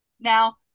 Now